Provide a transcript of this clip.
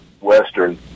western